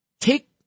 Take